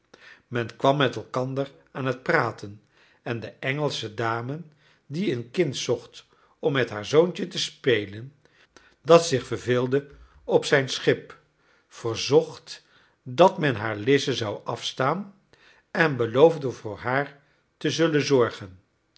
men kwam met elkander aan t praten en de engelsche dame die een kind zocht om met haar zoontje te spelen dat zich verveelde op zijn schip verzocht dat men haar lize zou afstaan en beloofde voor haar te zullen zorgen